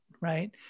Right